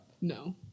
No